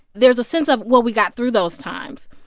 there's a sense of, well, we got through those times.